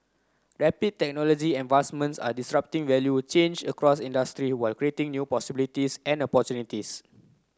rapid technology advancements are disrupting value a change across industry while creating new possibilities and opportunities